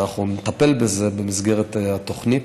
ואנחנו נטפל בזה במסגרת התוכנית.